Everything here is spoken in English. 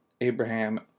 Abraham